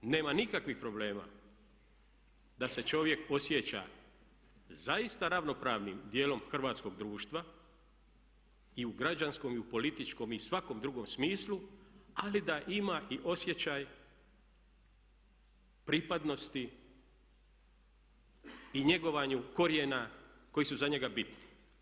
Nema nikakvih problema da se čovjek osjeća zaista ravnopravnim dijelom hrvatskog društva i u građanskom i u političkom i svakom drugom smislu ali da ima i osjećaj pripadnosti i njegovanju korijenja koji su za njega bitni.